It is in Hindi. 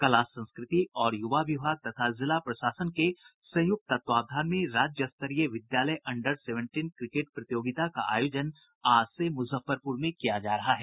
कला संस्कृति और युवा विभाग तथा जिला प्रशासन के संयुक्त तत्वाधान में राज्य स्तरीय विद्यालय अंडर सेवेंटीन क्रिकेट प्रतियोगिता का आयोजन आज से मुजफ्फरपुर में किया जा रहा है